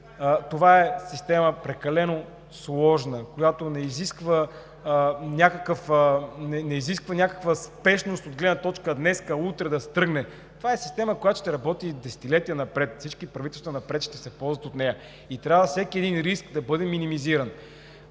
това е система прекалено сложна, която не изисква някаква спешност от гледна точка днес, утре да тръгне. Това е система, която ще работи десетилетия напред. Всички правителства занапред ще се ползват от нея и трябва всеки един риск да бъде минимизиран.